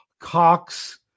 Cox